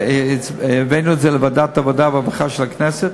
והבאנו את זה לוועדת העבודה והרווחה של הכנסת.